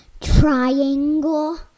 triangle